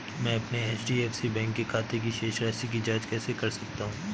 मैं अपने HDFC bank के खाते की शेष राशि की जाँच कैसे कर सकता हूँ?